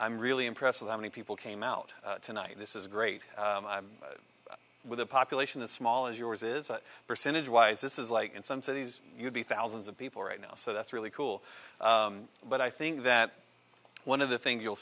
i'm really impressed with how many people came out tonight this is great with a population as small as yours is percentage wise this is like in some cities you could be thousands of people right now so that's really cool but i think that one of the things you'll